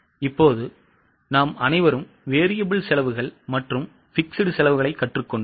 இப்போது நாம் அனைவரும் variable செலவுகள் மற்றும் fixed செலவுகளைக் கற்றுக்கொண்டோம்